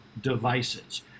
devices